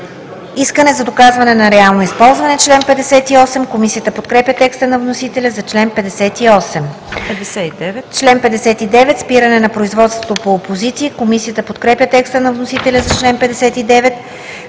Искане за доказване на реално използване“. Комисията подкрепя текста на вносителя за чл. 58. „Член 59 – Спиране на производството по опозиции“. Комисията подкрепя текста на вносителя за чл. 59,